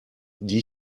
die